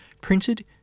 printed